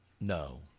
No